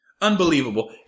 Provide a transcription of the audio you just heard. Unbelievable